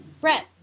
Brett